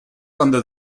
under